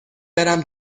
برم